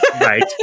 Right